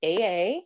AA